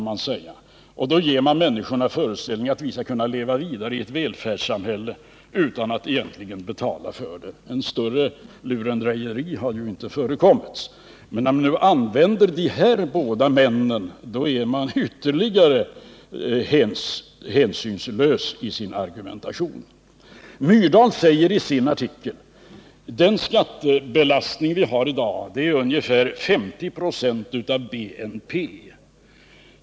Man ger därmed människorna föreställningen att de kan leva vidare i ett välfärdssamhälle utan att betala för det. Ett större lurendrejeri har ju inte förekommit. När man nu använder dessa båda män på detta sätt är man ytterst hänsynslös i sin argumentation. Myrdal säger i sin artikel att den skattebelastning vi har i dag är ungefär 50 26 av BNP.